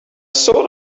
sort